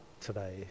today